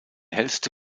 hellste